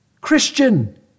Christian